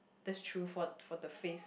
that's true for for the face